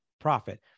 profit